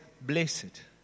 blessed